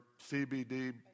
CBD